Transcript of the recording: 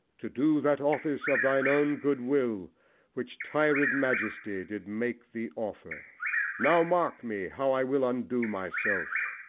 to do that office of thine own good will which tired majesty did make thee offer now mark me! how i will undo myself.